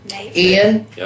Ian